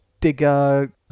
digger